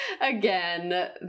again